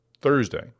Thursday